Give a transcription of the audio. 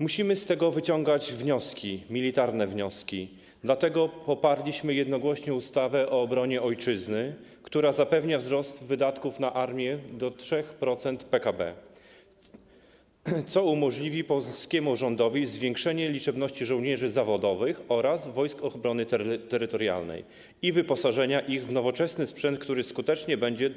Musimy z tego wyciągać wnioski, militarne wnioski, dlatego poparliśmy jednogłośnie ustawę o obronie Ojczyzny, która zapewnia wzrost wydatków na armię do 3% PKB, co umożliwi polskiemu rządowi zwiększenie liczebności żołnierzy zawodowych oraz Wojsk Obrony Terytorialnej i wyposażenie ich w nowoczesny sprzęt, który skutecznie będzie